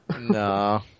No